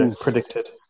predicted